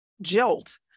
jolt